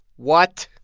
what?